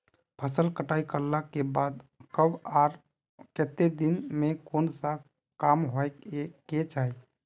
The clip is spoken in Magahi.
फसल कटाई करला के बाद कब आर केते दिन में कोन सा काम होय के चाहिए?